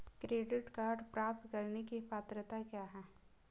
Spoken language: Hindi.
क्रेडिट कार्ड प्राप्त करने की पात्रता क्या है?